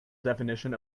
definition